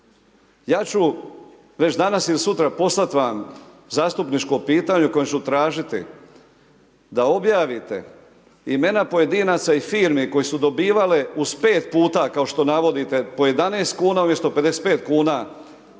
Ja ću već danas ili sutra poslati vam zastupničko pitanje u kojem ću tražiti da objavite imena pojedinaca i firmi koje su dobivale uz 5 puta kao što navodite po 11 kuna umjesto 55 kuna